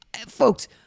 Folks